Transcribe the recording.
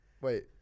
Wait